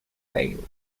vale